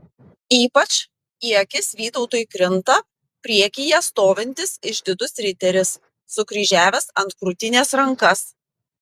ypač į akis vytautui krinta priekyje stovintis išdidus riteris sukryžiavęs ant krūtinės rankas